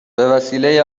بهوسیله